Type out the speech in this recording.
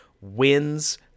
wins